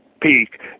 peak